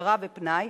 העשרה ופנאי,